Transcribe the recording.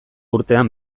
urtean